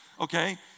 okay